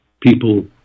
people